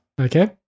Okay